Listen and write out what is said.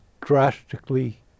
drastically